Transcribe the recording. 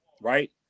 right